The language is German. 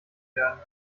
werden